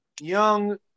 young